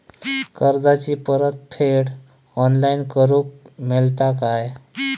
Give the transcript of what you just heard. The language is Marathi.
कर्जाची परत फेड ऑनलाइन करूक मेलता काय?